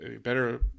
better